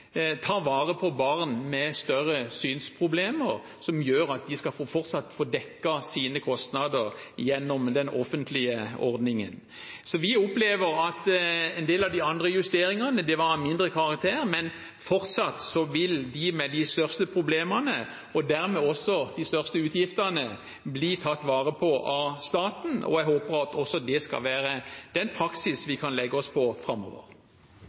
vare på barn med større synsproblemer og gjør at de fortsatt skal få dekket sine kostnader gjennom den offentlige ordningen. Vi opplever at en del av de andre justeringene er av mindre karakter, men fortsatt vil de med de største problemene – og dermed også de største utgiftene – bli tatt vare på av staten. Jeg håper at dette vil være den praksisen vi kan legge oss på også framover.